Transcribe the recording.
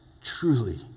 Truly